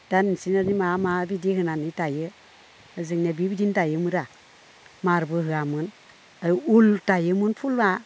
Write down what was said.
दा नोंसिनियादि मा मा बिदि होनानै दायो जोंनिया बिबादिनो दायोमोन रा मारबो होआमोन आरो उल दायोमोन फुलआ